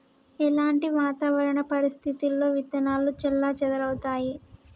ఎలాంటి వాతావరణ పరిస్థితుల్లో విత్తనాలు చెల్లాచెదరవుతయీ?